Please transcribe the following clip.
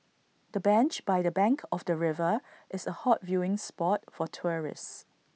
the bench by the bank of the river is A hot viewing spot for tourists